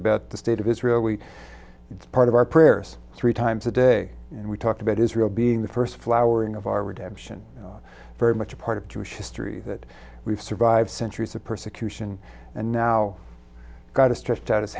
about the state of israel we it's part of our prayers three times a day and we talked about israel being the first flowering of our redemption very much a part of jewish history that we've survived centuries of persecution and now got